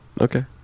okay